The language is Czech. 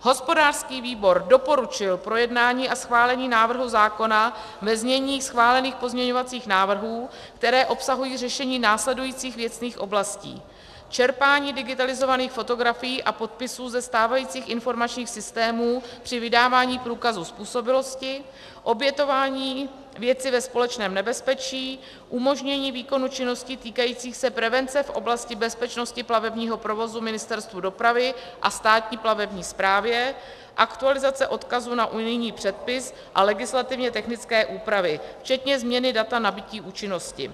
Hospodářský výbor doporučil projednání a schválení návrhu zákona ve znění schválených pozměňovacích návrhů, které obsahují řešení následujících věcných oblastí: čerpání digitalizovaných fotografií a podpisů ze stávajících informačních systémů při vydávání průkazu způsobilosti, obětování věci ve společném nebezpečí, umožnění výkonu činností týkajících se prevence v oblasti bezpečnosti plavebního provozu Ministerstvu dopravy a Státní plavební správě, aktualizace odkazů na unijní předpis a legislativně technické úpravy, včetně změny data nabytí účinnosti.